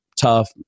Tough